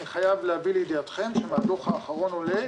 אני חייב להביא לידיעתכם שמהדוח האחרון עולה,